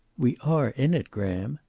we are in it, graham.